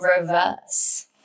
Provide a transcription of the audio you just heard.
reverse